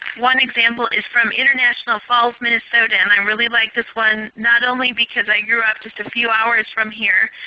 one example is from international falls minnesota. and i really like this one not only because i grew up just a few hours from here.